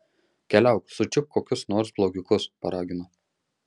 keliauk sučiupk kokius nors blogiukus paragino